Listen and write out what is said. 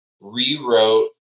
rewrote